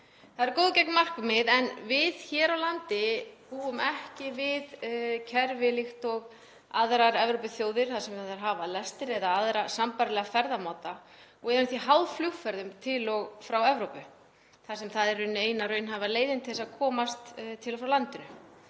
Það eru góð og gegn markmið, en við hér á landi búum ekki við kerfi líkt og aðrar Evrópuþjóðir þar sem þær hafa lestir eða aðra sambærilega ferðamáta og erum því háð flugferðum til og frá Evrópu, þar sem það er í rauninni eina raunhæfa leiðin til að komast til og frá landinu.